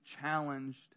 challenged